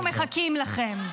אנחנו מחכים לכם.